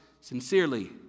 sincerely